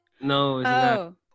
No